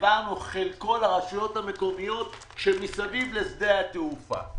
שהעברנו חלקו לרשויות המקומיות שמסביב לשדה התעופה.